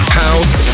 house